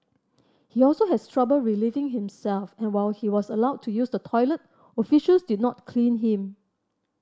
he also has trouble relieving himself and while he was allowed to use the toilet officers did not clean him